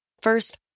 First